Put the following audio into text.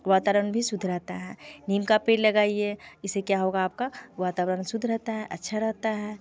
वातावरण भी शुद्ध रहता है नीम का पेड़ लगाइए इससे क्या होगा आपका वातावरण शुद्ध रहता है अच्छा रहता है